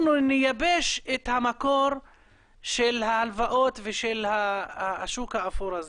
אנחנו נייבש את המקור של הלוואות ושל השוק האפור הזה.